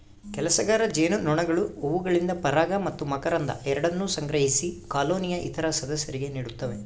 ಕೆಲಸಗಾರ ಜೇನುನೊಣಗಳು ಹೂವುಗಳಿಂದ ಪರಾಗ ಮತ್ತು ಮಕರಂದ ಎರಡನ್ನೂ ಸಂಗ್ರಹಿಸಿ ಕಾಲೋನಿಯ ಇತರ ಸದಸ್ಯರಿಗೆ ನೀಡುತ್ತವೆ